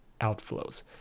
outflows